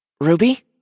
Ruby